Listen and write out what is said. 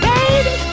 Baby